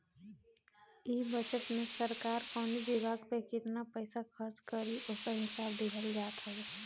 इ बजट में सरकार कवनी विभाग पे केतना पईसा खर्च करी ओकर हिसाब दिहल जात हवे